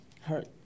hurt